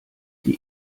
die